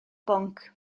bwnc